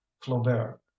Flaubert